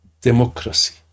democracy